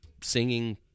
singing